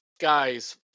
guys